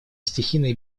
стихийные